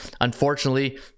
Unfortunately